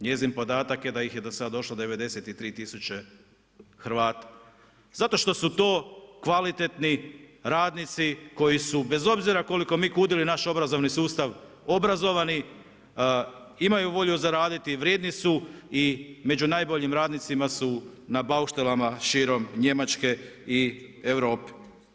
Njezin podatak je da ih je do sada došlo 93 tisuće Hrvata, zato što su to kvalitetni radnici koji su bez obzira koliko mi kudili naš obrazovni sustav obrazovani, imaju volju za raditi i vrijedni su i među najboljim radnicima su na bauštalama širom Njemačke i Europe.